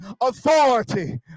authority